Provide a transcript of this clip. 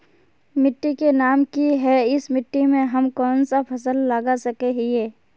मिट्टी के नाम की है इस मिट्टी में हम कोन सा फसल लगा सके हिय?